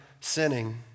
sinning